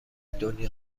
دنیا